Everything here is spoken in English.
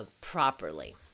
properly